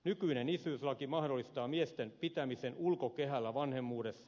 nykyinen isyyslaki mahdollistaa miesten pitämisen ulkokehällä vanhemmuudessa